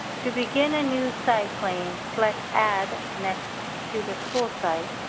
to begin a new site claim, select add next to the school site.